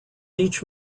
each